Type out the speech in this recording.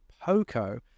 Poco